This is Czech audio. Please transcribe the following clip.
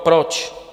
Proč?